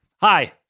Hi